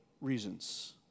reasons